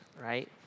right